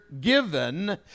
given